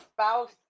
spouse